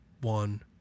one